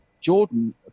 Jordan